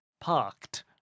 parked